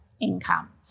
income